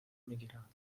میگیرند